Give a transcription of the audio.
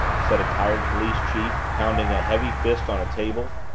said a tired police chief, pounding a heavy fist on a table.